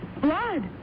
Blood